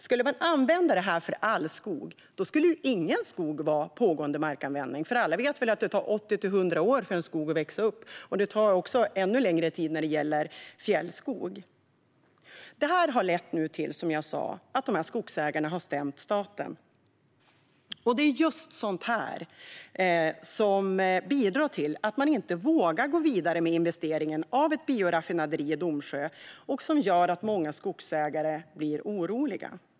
Skulle man resonera på det sättet för all skog skulle det inte finnas pågående markanvändning någonstans, för alla vet ju att det tar 80-100 år för skog att växa upp, och det tar ännu längre tid för fjällskog. Detta har nu lett till att skogsägarna har stämt staten. Det är just sådant här som bidrar till att man inte vågar gå vidare med investeringen i ett bioraffinaderi i Domsjö. Det gör att många skogsägare blir oroliga.